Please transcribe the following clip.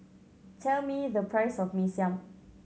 tell me the price of Mee Siam